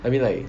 I mean like